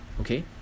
okay